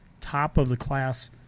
top-of-the-class